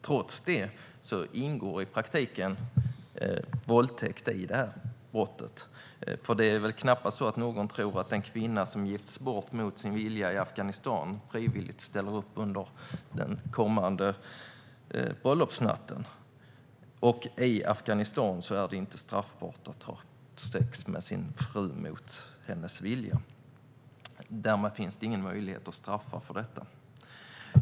Trots det ingår i praktiken våldtäkt i det brottet - för det är väl knappast någon som tror att en kvinna som gifts bort mot sin vilja i Afghanistan ställer upp frivilligt under den kommande bröllopsnatten. I Afghanistan är det dock inte straffbart att ha sex med sin fru mot hennes vilja. Därmed finns det ingen möjlighet att straffa för detta.